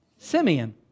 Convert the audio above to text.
Simeon